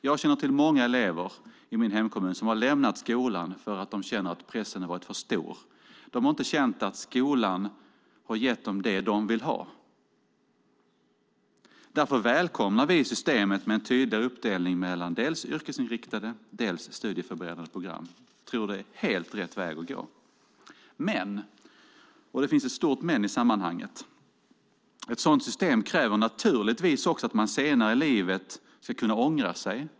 Jag känner till många elever i min hemkommun som har lämnat skolan därför att de har känt att pressen har varit för stor. De har inte känt att skolan har gett dem det som de vill ha. Därför välkomnar vi systemet med en tydligare uppdelning mellan dels yrkesinriktade dels studieförberedande program. Jag tror att det är helt rätt väg att gå. Men, och det finns ett stort men i sammanhanget, ett sådant system kräver naturligtvis också att man senare i livet ska kunna ångra sig.